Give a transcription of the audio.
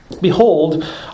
Behold